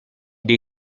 dei